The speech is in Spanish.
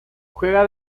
juega